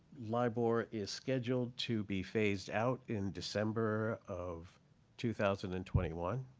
libor is scheduled to be phased out in december of two thousand and twenty one.